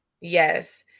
yes